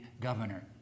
governor